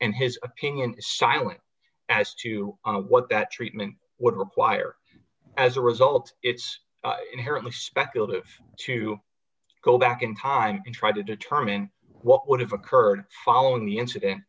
and his opinion silent as to what that treatment would require as a result it's inherently speculative to go back in time and try to determine what would have occurred following the